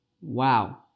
Wow